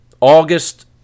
August